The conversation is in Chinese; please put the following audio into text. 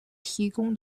提供